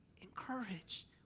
encourage